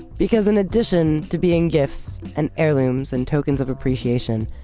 because in addition to being gifts and heirlooms and tokens of appreciation,